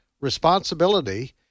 responsibility